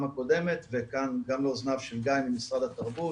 הקודמת וכאן גם לאוזניו של גיא ממשרד התרבות.